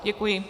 Děkuji.